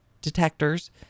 detectors